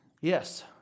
Yes